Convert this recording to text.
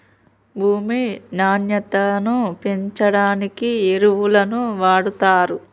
భూమి నాణ్యతను పెంచడానికి ఎరువులను వాడుతారు